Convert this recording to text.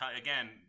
again